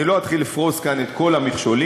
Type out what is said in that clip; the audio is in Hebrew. אני לא אתחיל לפרוס כאן את כל המכשולים.